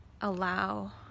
allow